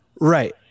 Right